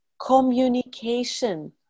communication